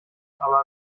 aber